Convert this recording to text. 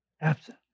absent